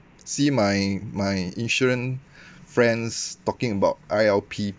see my my insurance friends talking about I_L_P